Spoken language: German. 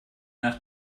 nach